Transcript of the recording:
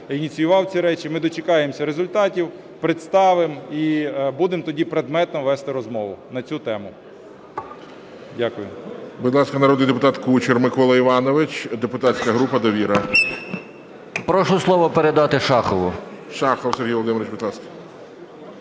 ініціював ці речі, ми дочекаємося результатів, представимо і будемо тоді предметно вести розмову на цю тему. Дякую.